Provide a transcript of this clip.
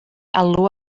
alw